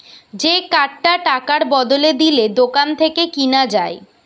যে কার্ডটা টাকার বদলে দিলে দোকান থেকে কিনা যায়